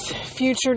future